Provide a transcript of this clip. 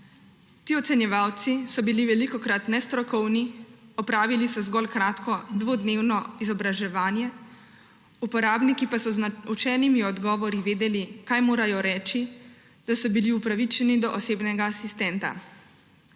Ti ocenjevalci so bili velikokrat nestrokovni, opravili so zgolj kratko dvodnevno izobraževanje, uporabniki pa so z naučenimi odgovori vedeli, kaj morajo reči, da so bili upravičeni do osebnega asistenta.